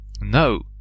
No